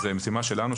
זאת משימה שלנו,